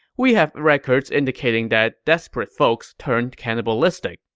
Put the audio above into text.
we have records indicating that desperate folks turned cannibalistic.